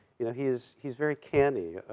you know, he's, he's very canny,